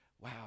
Wow